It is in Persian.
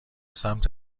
سمت